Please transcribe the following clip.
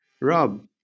Rob